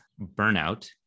burnout